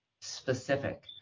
specific